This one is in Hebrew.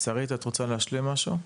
שרית את רוצה להשלים משהו?